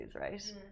right